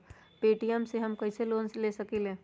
Paytm से हम कईसे लोन ले सकीले?